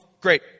great